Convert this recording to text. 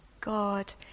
God